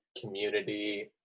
Community